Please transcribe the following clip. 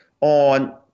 on